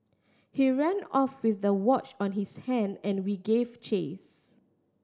he ran off with the watch on his hand and we gave chase